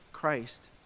Christ